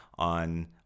on